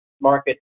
market